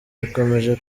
bikomeje